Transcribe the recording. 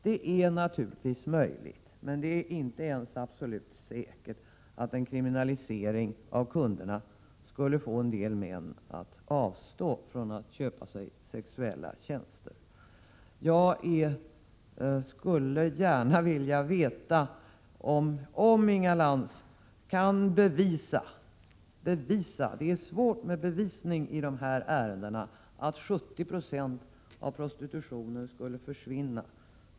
Det är naturligtvis möjligt men inte alls säkert att en kriminalisering av kundernas beteende skulle få en del män att avstå från att köpa sig sexuella tjänster. Jag skulle gärna vilja veta, om Inga Lantz kan bevisa — det är svårt med bevisning i de här ärendena — att 70 2 av prostitutionen skulle försvinna.